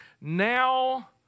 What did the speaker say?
Now